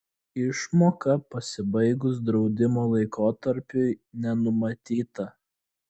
išmoka pasibaigus draudimo laikotarpiui nenumatyta